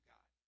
God